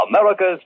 America's